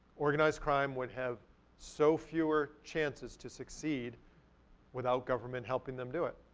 organized crime would have so fewer chances to succeed without government helping them do it.